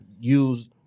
use